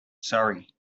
surrey